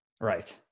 Right